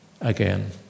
again